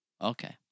Okay